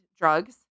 drugs